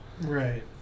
Right